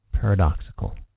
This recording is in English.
paradoxical